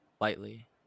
lightly